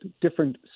different